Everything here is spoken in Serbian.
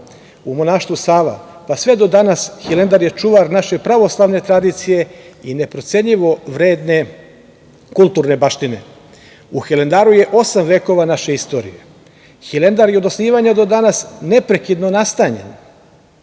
u monaštvu Sava, pa sve do danas Hilandar je čuvar naše pravoslavne tradicije i neprocenljivo vredne kulturne baštine.U Hilandaru je osam vekova naše istorije. Hilandar je od osnivanja do danas neprekidno nastanjen,